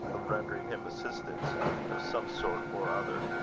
of rendering him assistance of some sort or other.